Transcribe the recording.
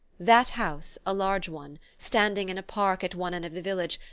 that house, a large one, standing in a park at one end of the village,